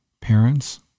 parents